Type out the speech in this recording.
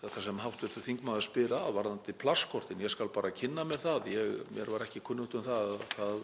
þetta sem hv. þingmaður spyr um varðandi plastkortin. Ég skal bara að kynna mér það. Mér var ekki kunnugt um að það